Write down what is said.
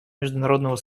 международного